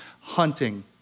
hunting